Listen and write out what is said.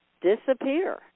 disappear